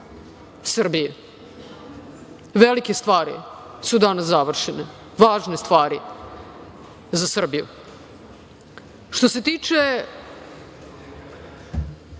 Srbiji. Velike stvari su danas završene, važne stvari za Srbiju. Što se tiče